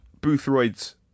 Boothroyd's